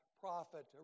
prophet